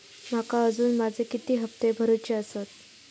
माका अजून माझे किती हप्ते भरूचे आसत?